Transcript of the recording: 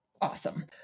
Awesome